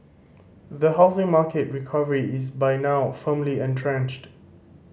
the housing market recovery is by now firmly entrenched